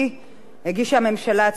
הגישה הממשלה הצעת חוק זו,